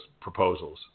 proposals